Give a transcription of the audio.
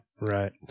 Right